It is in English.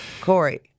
Corey